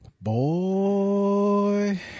Boy